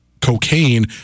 cocaine